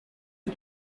the